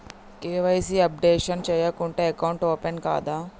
KYC updation చేయకుంటే account open కాదా?